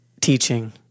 teaching